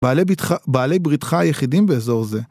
בעלי בריתך היחידים באזור זה.